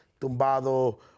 Tumbado